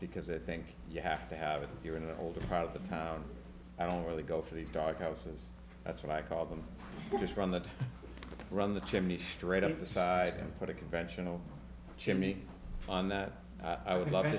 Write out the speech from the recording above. because i think you have to have it here in the old part of the town i don't really go for these dark houses that's what i call them just from the run the chimney straight up the side and put a conventional chimney on that i would love